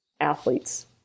athletes